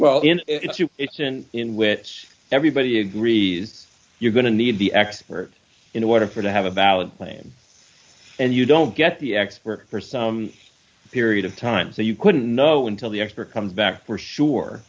in in which everybody agrees you're going to need the expert in order for to have a valid claim and you don't get the expert for some period of time so you couldn't know until the expert comes back for sure